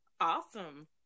Awesome